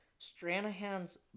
Stranahan's